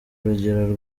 rugero